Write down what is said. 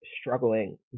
struggling